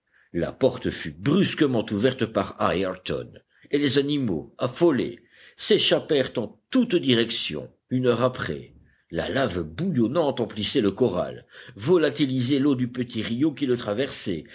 la porte fut brusquement ouverte par ayrton et les animaux affolés s'échappèrent en toutes directions une heure après la lave bouillonnante emplissait le corral volatilisait l'eau du petit rio qui le traversait